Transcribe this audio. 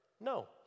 No